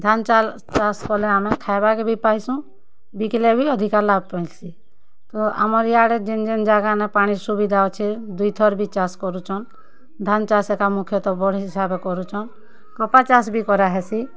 ଧାନ୍ ଚାଲ୍ ଚାଷ୍ କଲେ ଆମେ ଖାଏବା କେ ବି ପାଇସୁଁ ବିକିଲେ ବି ଅଧିକା ଲାଭ୍ ପାଇଁସି ତ ଆମର୍ ଇଆଡ଼େ ଜେନ୍ ଜେନ୍ ଯାଗାନେ ପାଣି ସୁବିଧା ଅଛେ ଦୁଇ ଥର୍ ବି ଚାଷ୍ କରୁଛନ୍ ଧାନ୍ ଚାଷ୍ ଏକା ମୁଖ୍ୟତଃ ବଡ୍ ହିସାବେ କରୁଛନ୍ କପା ଚାଷ୍ ବି କରା ହେସି